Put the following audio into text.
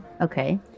okay